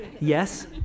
yes